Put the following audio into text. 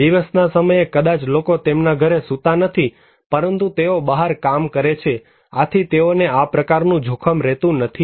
દિવસના સમયે કદાચ લોકો તેમના ઘરે સુતા નથી પરંતુ તેઓ બહાર કામ કરે છે આથી તેઓને આ પ્રકારનું જોખમ રહેતું નથી